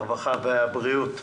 הרווחה והבריאות.